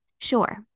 Sure